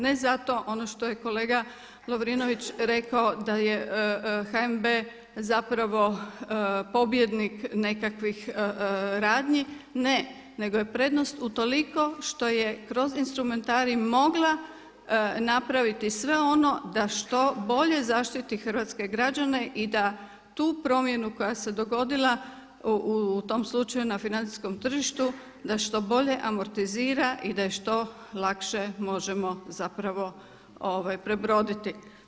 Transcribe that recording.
Ne zato, ono što je kolega Lovrinović rekao da je HNB zapravo pobjednik nekakvih radnji, ne, nego je prednost utoliko što je kroz instrumentarij mogla napraviti sve ono da što bolje zaštiti hrvatske građane i da tu promjenu koja se dogodila u tom slučaju na financijskom tržištu da što bolje amortizira i da je što lakše možemo zapravo prebroditi.